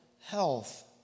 health